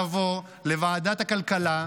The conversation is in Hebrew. נבוא לוועדת הכלכלה,